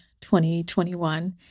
2021